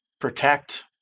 protect